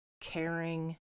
caring